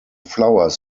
flowers